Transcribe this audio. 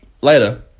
Later